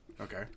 Okay